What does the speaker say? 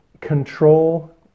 control